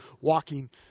walking